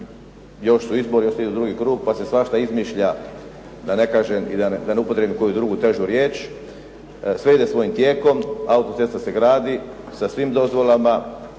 još su izbori, još se ide u drugi krug pa se svašta izmišlja, da ne kažem i da ne upotrijebim koju drugu težu riječ. Sve ide svojim tijekom. Auto-cesta se gradi sa svim dozvolama